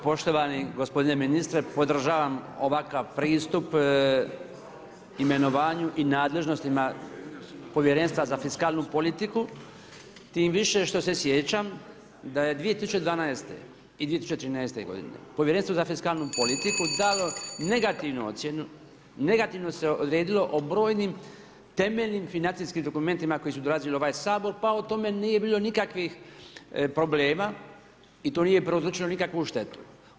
Poštovani gospodine ministre, podržavam ovakav pristup imenovanju i nadležnostima povjerenstva za fiskalnu politiku, tim više što se sjećam da je 2012. i 2013. povjerenstvo za fiskalnu politiku dalo negativnu ocjenu, negativno se odredilo o brojnim temeljnim financijskim dokumentima koji su dolazili u ovaj Sabor, pa o tome nije bilo nikakvih problema i to nije prouzročilo nikakvu štetu.